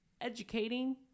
educating